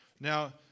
Now